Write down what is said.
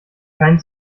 keinen